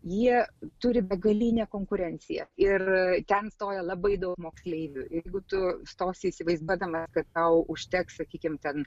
jie turi begalinę konkurenciją ir ten stoja labai daug moksleivių ir jeigu tu stosi įsivaizduodama kad tau užteks sakykim ten